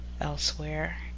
Elsewhere